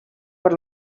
per